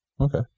Okay